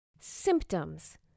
Symptoms